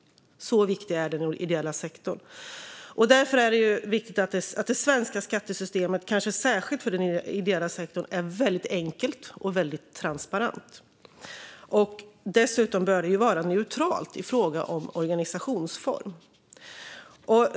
Så viktig är den ideella sektorn. Därför är det viktigt att det svenska skattesystemet, kanske särskilt för den ideella sektorn, är väldigt enkelt och transparent. Dessutom bör det vara neutralt i fråga om organisationsform.